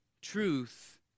truth